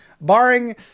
barring